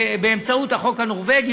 באמצעות החוק הנורבגי,